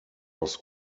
was